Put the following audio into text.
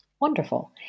Wonderful